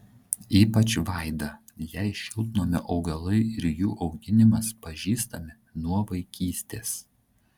ypač vaida jai šiltnamio augalai ir jų auginimas pažįstami nuo vaikystės